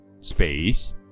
space